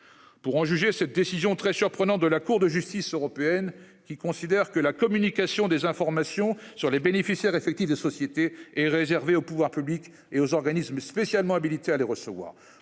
Pour en juger. Cette décision très surprenant de la Cour de justice européenne, qui considère que la communication des informations sur les bénéficiaires effectifs de société est réservé aux pouvoirs publics et aux organismes spécialement habilitées à les recevoir.